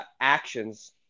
actions